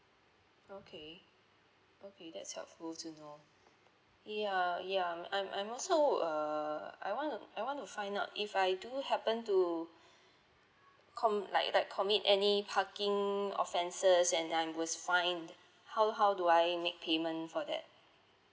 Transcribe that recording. okay okay that's helpful to know ya ya mm I'm I'm also err I want to I want to find out if I do happen to com~ like like commit any parking offences and I was fined how how do I make payment for that